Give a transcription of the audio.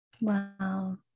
Wow